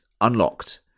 unlocked